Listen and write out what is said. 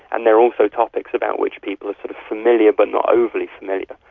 and they are also topics about which people are sort of familiar but not overly familiar.